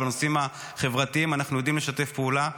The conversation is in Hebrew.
אבל בנושאים החברתיים אנחנו יודעים לשתף פעולה.